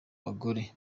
bagore